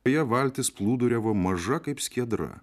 beje valtis plūduriavo maža kaip skiedra